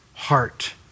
heart